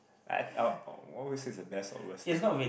always says the best or worst thing